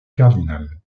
cardinal